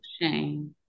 shame